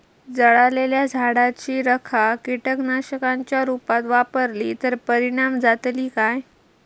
जळालेल्या झाडाची रखा कीटकनाशकांच्या रुपात वापरली तर परिणाम जातली काय?